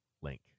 link